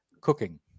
Cooking